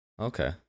Okay